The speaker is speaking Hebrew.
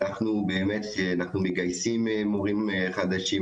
אנחנו מגייסים מורים חדשים,